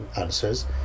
answers